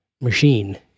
machine